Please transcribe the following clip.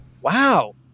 Wow